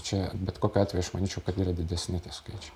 čia bet kokiu atveju aš manyčiau kad yra didesni skaičiai